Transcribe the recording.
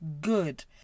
good